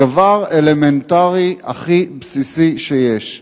דבר אלמנטרי הכי בסיסי שיש.